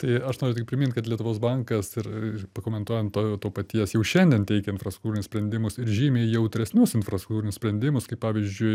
tai aš noriu tik primint kad lietuvos bankas ir ir pakomentuojant to jau to paties jau šiandien teikia infrastruktūrinius sprendimus ir žymiai jautresnius infrastruktūrinius sprendimus kaip pavyzdžiui